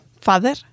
father